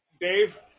Dave